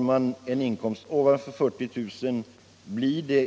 medan det ovanför 40 000 — Avveckling av s.k. kr.